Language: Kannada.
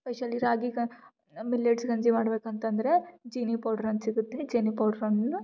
ಸ್ಪೆಷಲಿ ರಾಗಿ ಗ ಮಿಲ್ಲೆಟ್ಸ್ ಗಂಜಿ ಮಾಡ್ಬೇಕಂತಂದರೆ ಜೀನಿ ಪೌಡ್ರ್ ಅಂತ ಸಿಗುತ್ತೆ ಜೀನಿ ಪೌಡ್ರನ್ನು